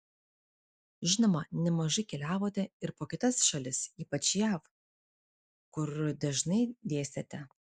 žinoma nemažai keliavote ir po kitas šalis ypač jav kur dažnai dėstėte